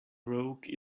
rogue